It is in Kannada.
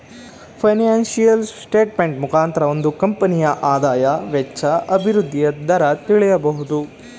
ಫೈನಾನ್ಸಿಯಲ್ ಸ್ಟೇಟ್ಮೆಂಟ್ ಮುಖಾಂತರ ಒಂದು ಕಂಪನಿಯ ಆದಾಯ, ವೆಚ್ಚ, ಅಭಿವೃದ್ಧಿ ದರ ತಿಳಿಬೋದು